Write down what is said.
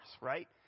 right